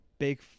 Big